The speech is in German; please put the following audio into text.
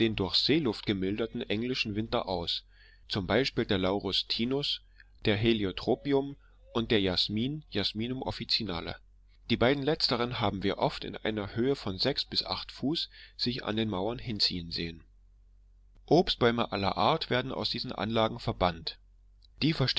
durch seeluft gemilderten englischen winter aus zum beispiel der laurus tinus da heliotropium und der jasmin jasminum officinale die beiden letzteren haben wir oft in einer höhe von sechs bis acht fuß sich an den mauern hinziehen sehen obstbäume aller art werden aus diesen anlagen verbannt die